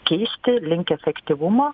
keisti link efektyvumo